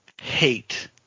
hate